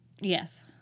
Yes